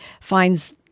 finds